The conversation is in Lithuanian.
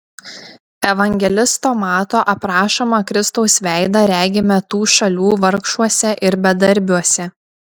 evangelisto mato aprašomą kristaus veidą regime tų šalių vargšuose ir bedarbiuose